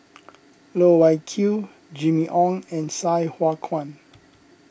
Loh Wai Kiew Jimmy Ong and Sai Hua Kuan